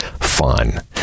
fun